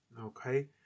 Okay